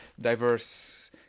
diverse